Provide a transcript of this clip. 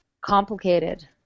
complicated